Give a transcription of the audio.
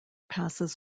passes